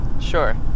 Sure